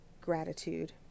gratitude